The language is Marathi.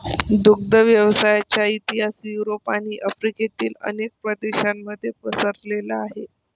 दुग्ध व्यवसायाचा इतिहास युरोप आणि आफ्रिकेतील अनेक प्रदेशांमध्ये पसरलेला आहे